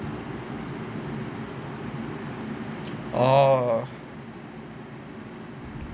orh